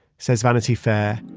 says vanity fair,